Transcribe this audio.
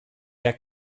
wer